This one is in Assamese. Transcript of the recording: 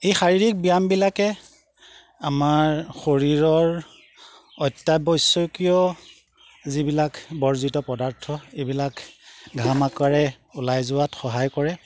এই শাৰীৰিক ব্যায়ামবিলাকে আমাৰ শৰীৰৰ অত্যাবশ্যকীয় যিবিলাক বৰ্জিত পদাৰ্থ এইবিলাক ঘাম আকাৰে ওলাই যোৱাত সহায় কৰে